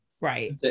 right